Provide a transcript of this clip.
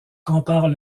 comparent